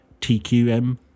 tqm